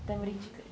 oh